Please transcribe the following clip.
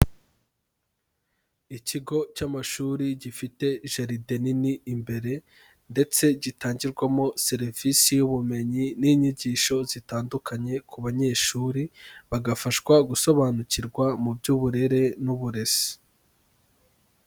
Ikigo cy'amashuri gifite jaride nini imbere ndetse gitangirwamo serivisi y'ubumenyi n'inyigisho zitandukanye ku banyeshuri, bagafashwa gusobanukirwa mu by'uburere n'uburezi.